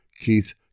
Keith